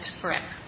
forever